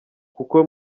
kuko